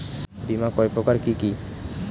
বীমা কয় প্রকার কি কি?